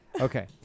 Okay